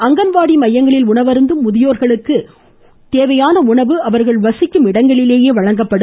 அங்கன்வாடி மையங்களில் உணவருந்தும் முதியோர்களுக்கு தேவையான உணவு அவர்களுக்கு வசிக்கும் இடங்களில் வழங்கப்படும்